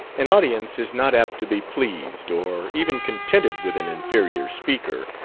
an audience is not apt to be pleased or even contented with an inferior speaker,